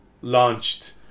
launched